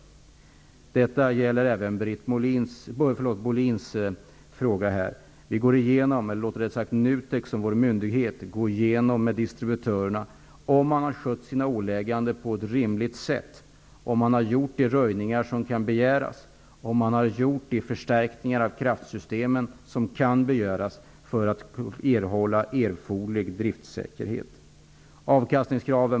Detta gäller även Britt Bohlins fråga. Vi låter NUTEK, som vår tillsynsmyndighet, gå igenom med distributörerna om deras åligganden har skötts på ett rimligt sätt och om de har gjort de röjningar och de förstärkningar av kraftsystemen som kan begäras för att erforderlig driftsäkerhet skall erhållas.